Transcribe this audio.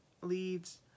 leads